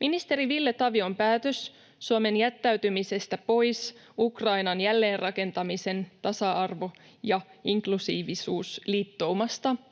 Ministeri Ville Tavion päätös Suomen jättäytymisestä pois Ukrainan jälleenrakentamisen tasa-arvo- ja inklusiivisuusliittoumasta